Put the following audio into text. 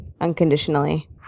unconditionally